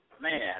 man